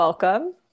Welcome